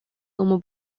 como